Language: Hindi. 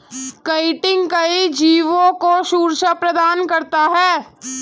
काईटिन कई जीवों को सुरक्षा प्रदान करता है